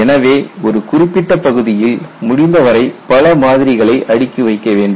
எனவே ஒரு குறிப்பிட்ட பகுதியில் முடிந்தவரை பல மாதிரிகளை அடுக்கி வைக்க வேண்டும்